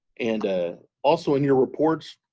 and ah also in your reports,